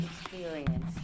experience